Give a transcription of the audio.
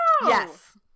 yes